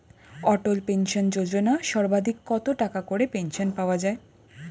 অটল pension যোজনা সর্বাধিক কত টাকা করে পেনশন পাওয়া যায়?